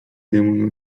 demon